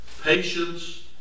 patience